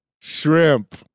shrimp